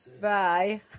Bye